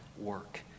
work